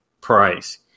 price